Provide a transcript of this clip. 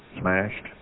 smashed